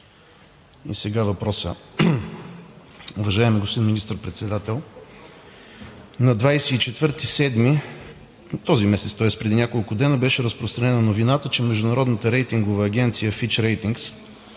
И сега въпросът. Уважаеми господин Министър-председател, на 24-ти този месец, тоест преди няколко дена, беше разпространена новината, че международната рейтингова агенция Fitch Ratings